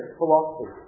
philosophy